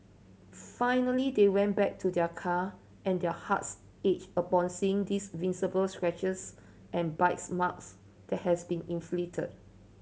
finally they went back to their car and their hearts ached upon seeing this visible scratches and bite marks that had been inflict